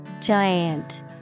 Giant